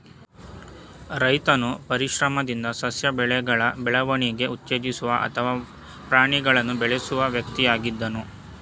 ರೈತನು ಪರಿಶ್ರಮದಿಂದ ಸಸ್ಯ ಬೆಳೆಗಳ ಬೆಳವಣಿಗೆ ಉತ್ತೇಜಿಸುವ ಅಥವಾ ಪ್ರಾಣಿಗಳನ್ನು ಬೆಳೆಸುವ ವ್ಯಕ್ತಿಯಾಗಿದ್ದನು